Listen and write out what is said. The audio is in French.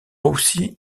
aussi